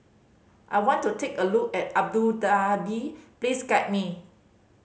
I want to take a look at Abu Dhabi please guide me